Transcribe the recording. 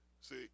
See